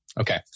Okay